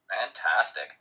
Fantastic